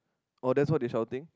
oh that's what they shouting